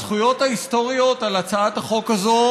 הזכויות ההיסטוריות על הצעת החוק הזאת,